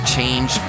Change